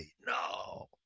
No